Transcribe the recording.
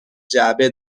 جعبه